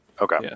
Okay